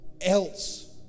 else